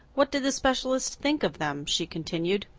what did the specialist think of them? she continued.